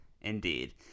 Indeed